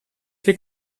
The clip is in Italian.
che